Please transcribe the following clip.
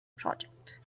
project